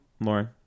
Lauren